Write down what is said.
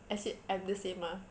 actually I'm the same lah